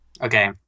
Okay